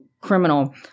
criminal